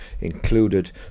included